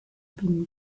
been